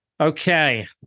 Okay